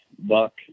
buck